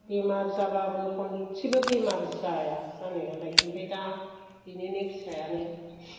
बेमार जाबाबो खनसेबो बेमार जाया जानायालाय आमफाय दा बिनिनो फिसायानो